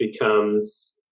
becomes